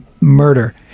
murder